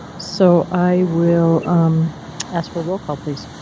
so i will ask for roll call please.